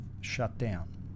shutdown